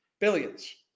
billions